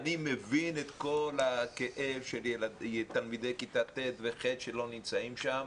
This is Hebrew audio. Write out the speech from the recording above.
אני מבין את הכאב של תלמידי כיתות ח' ו-ט' שלא נמצאים שם,